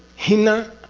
hina.